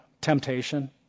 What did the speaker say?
temptation